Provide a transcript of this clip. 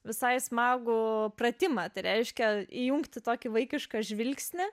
visai smagų pratimą tai reiškia įjungti tokį vaikišką žvilgsnį